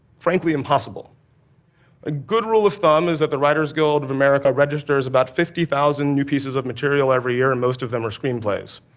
frankly, impossible. a good rule of thumb is that the writers guild of america registers about fifty thousand new pieces of material every year, and most of them are screenplays.